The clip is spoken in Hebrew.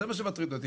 זה מה שמטריד אותי,